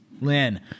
Lynn